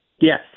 Yes